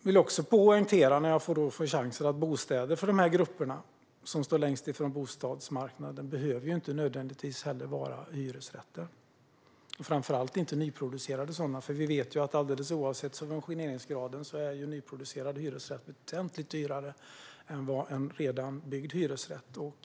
Nu när jag får chansen vill jag också poängtera att bostäder för de grupper som står längst ifrån bostadsmarknaden inte nödvändigtvis behöver vara hyresrätter, framför allt inte nyproducerade sådana. Vi vet att alldeles oavsett subventioneringsgrad är nyproducerade hyresrätter väsentligt dyrare än redan byggda hyresrätter.